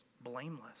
blameless